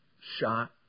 shot